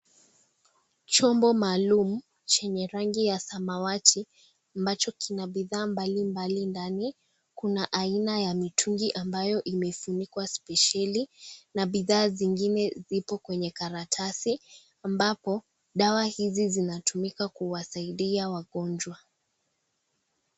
Chombo maalum chenye rangi ya samawati ambacho kina bidhaa mbalimbali ndani kuna aina ya miutungi ambayo imefunikwa spesheli na bidhaa zingine zipo kwenye karatasi ambapo dawa hizi zinasaidia kuwasaidia wagonjwa